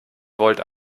volt